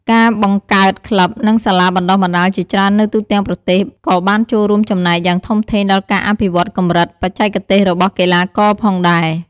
ការបង្កើតក្លឹប និងសាលាបណ្ដុះបណ្ដាលជាច្រើននៅទូទាំងប្រទេសក៏បានចូលរួមចំណែកយ៉ាងធំធេងដល់ការអភិវឌ្ឍន៍កម្រិតបច្ចេកទេសរបស់កីឡាករផងដែរ។